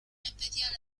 especial